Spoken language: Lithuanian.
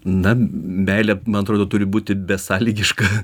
na meilė man atrodo turi būti besąlygiška